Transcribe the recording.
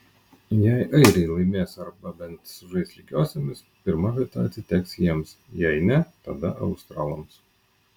jei airiai laimės arba bent sužais lygiosiomis pirma vieta atiteks jiems jei ne tada australams